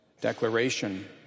declaration